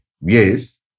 Yes